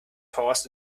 horse